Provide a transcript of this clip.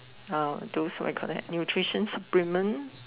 uh those what you call that nutrition supplement